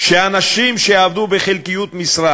שאנשים שעבדו בחלקיות משרה,